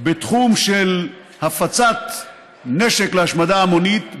בתחום של הפצת נשק להשמדה המונית,